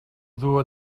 dur